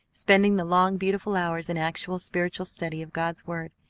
spending the long, beautiful hours in actual spiritual study of god's word,